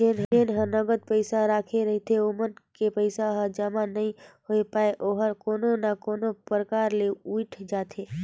जेन ह नगद पइसा राखे रहिथे ओमन के पइसा हर जमा नइ होए पाये ओहर कोनो ना कोनो परकार ले उइठ जाथे